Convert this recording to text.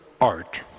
art